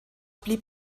blieb